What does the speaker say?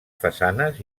façanes